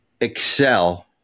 excel